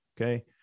okay